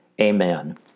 Amen